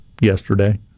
yesterday